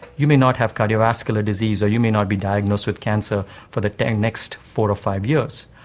you may not have cardiovascular disease or you may not be diagnosed with cancer for the the ah next four or five years.